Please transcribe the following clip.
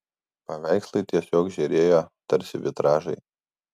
paveikslai tiesiog žėrėjo tarsi vitražai